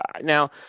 now